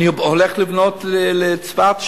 אני הולך לבנות בצפת,